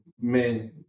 men